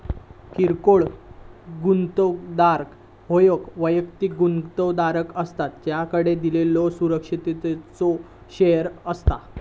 किरकोळ गुंतवणूकदार ह्यो वैयक्तिक गुंतवणूकदार असता ज्याकडे दिलेल्यो सुरक्षिततेचो शेअर्स असतत